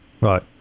Right